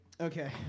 Okay